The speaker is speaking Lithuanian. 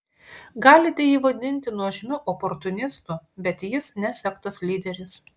galite jį vadinti nuožmiu oportunistu bet jis ne sektos lyderis